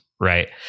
right